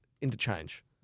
interchange